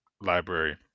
library